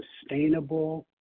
sustainable